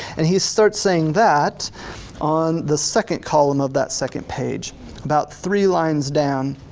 and he starts saying that on the second column of that second page about three lines down,